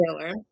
taylor